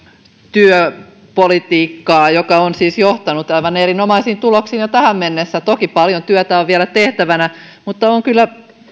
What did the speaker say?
työpolitiikkaa joka on siis johtanut aivan erinomaisiin tuloksiin jo tähän mennessä toki paljon työtä on vielä tehtävänä mutta on kyllä